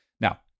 Now